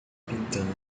pintando